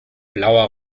blauer